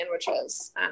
sandwiches